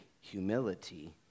humility